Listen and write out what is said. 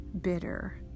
bitter